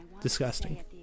disgusting